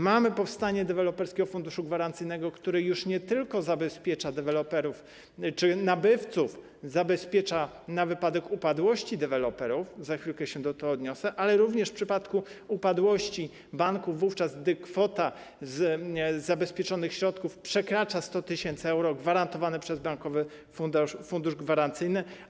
Mamy powstanie Deweloperskiego Funduszu Gwarancyjnego, który już nie tylko zabezpiecza deweloperów czy nabywców, zabezpiecza na wypadek upadłości deweloperów - za chwilę się do tego odniosę - ale również w przypadku upadłości banku, wówczas gdy kwota z zabezpieczonych środków przekracza 100 tys. euro gwarantowanych przez Bankowy Fundusz Gwarancyjny.